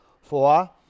Four